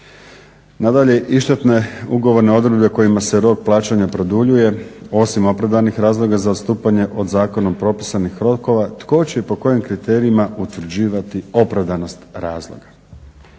Nadalje, … ugovorne odredbe kojima se rok plaćanja produljuje osim opravdanih razloga za odstupanje od zakonom propisanih rokova, tko će i po kojim kriterijima utvrđivati opravdanost razloga.